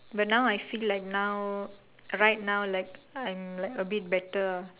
but now I feel like now right now like I'm like a bit better